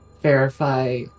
verify